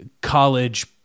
college